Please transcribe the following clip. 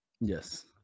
Yes